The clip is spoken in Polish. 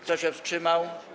Kto się wstrzymał?